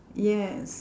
yes